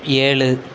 ஏழு